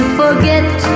forget